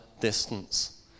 distance